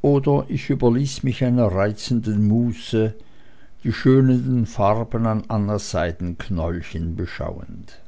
oder ich überließ mich einer reizenden muße die schönen farben an annas seidenknäulchen beschauend